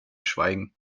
schweigen